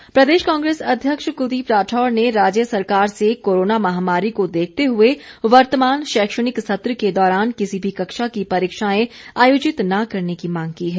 राठौर प्रदेश कांग्रेस अध्यक्ष कुलदीप राठौर ने राज्य सरकार से कोरोना महामारी को देखते हुए वर्तमान शैक्षणिक सत्र के दौरान किसी भी कक्षा की परीक्षाएं आयोजित न करने की मांग की है